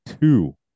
two